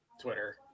Twitter